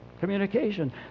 communication